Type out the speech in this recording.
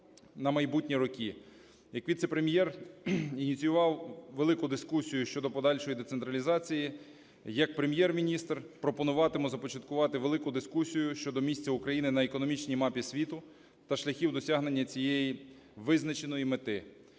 на майбутні роки. Як віце-прем'єр ініціював велику дискусію щодо подальшої децентралізації, як Прем'єр-міністр пропонуватиму започаткувати велику дискусію щодо місця України на економічній мапі світу та шляхів досягнення цієї визначеної мети.